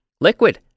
Liquid